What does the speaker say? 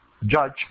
judge